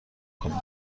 کنید